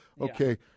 okay